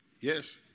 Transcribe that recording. Yes